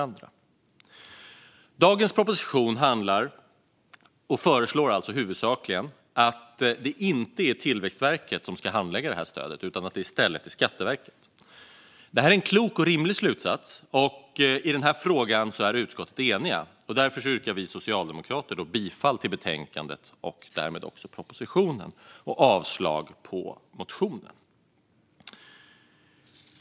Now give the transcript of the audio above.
Dagens proposition föreslår huvudsakligen att det inte är Tillväxtverket utan i stället Skatteverket som ska handlägga detta stöd. Det är en klok och rimlig slutsats, och i denna fråga är utskottet enigt. Därför yrkar vi socialdemokrater bifall till förslaget i betänkandet, och därmed också till propositionen, och avslag på motionen.